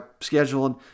scheduling